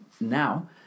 now